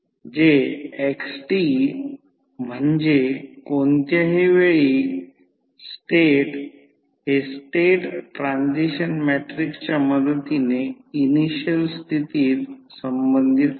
जे xt म्हणजे कोणत्याही वेळी स्टेट हे स्टेट ट्रान्सिशन मॅट्रिक्सच्या मदतीने इनिशियल स्थितीशी संबंधित आहे